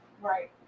Right